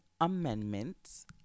amendments